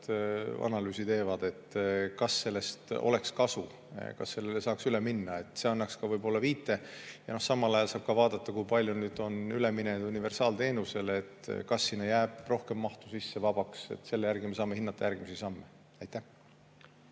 analüüsi teevad, et kas sellest oleks kasu, kas sellele saaks üle minna, see annaks ka võib-olla viite. Samal ajal saab vaadata, kui palju nüüd on üleminejaid universaalteenusele ja kas seal jääb rohkem mahtu vabaks. Selle järgi me saame hinnata järgmisi samme. Aitäh,